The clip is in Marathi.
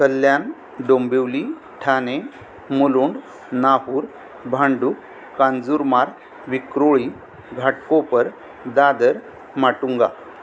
कल्याण डोंबिवली ठाणे मुलुंड नाहूर भांडूप कांजूरमार्ग विक्रोळी घाटकोपर दादर माटुंगा